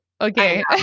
Okay